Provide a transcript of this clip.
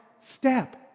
step